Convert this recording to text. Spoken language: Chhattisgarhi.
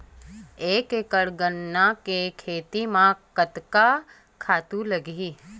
एक एकड़ गन्ना के खेती म कतका खातु लगही?